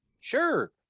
Sure